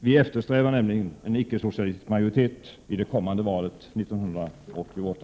Vi eftersträvar nämligen en icke-socialistisk majoritet i det kommande valet 1988.